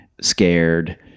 scared